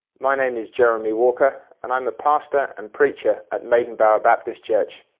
my name is jeremy walker and i'm a pastor and preacher at maiden bower baptist church.